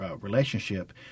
relationship